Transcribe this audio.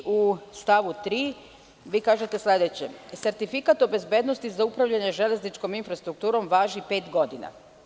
U stavu 3. kažete sledeće: „Sertifikat o bezbednosti za upravljanje železničkom infrastrukturom važi pet godina“